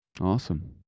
Awesome